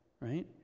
Right